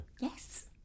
Yes